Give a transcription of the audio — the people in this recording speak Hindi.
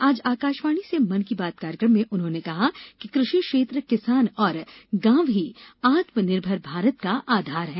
आज आकाशवाणी से मन की बात कार्यक्रम में उन्होंने कहा कि कृषि क्षेत्र किसान और गांव ही आत्म निर्भर भारत का आधार हैं